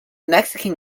mexican